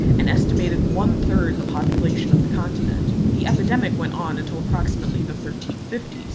an estimated one third the population of the continent. the epidemic went on until approximately the thirteen fifty s.